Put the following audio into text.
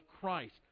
Christ